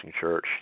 church